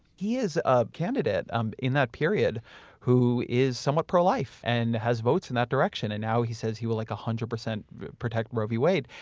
he is a candidate um in that period who is somewhat pro-life and has votes in that direction and now he says he will one like hundred percent protect roe v. wade.